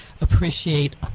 appreciate